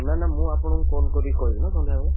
ନା ନା ମୁଁ ଆପଣଙ୍କୁ କଲ୍ କରି କହିବିନା ସନ୍ଧ୍ୟାବେଳେ